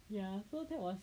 ya so that was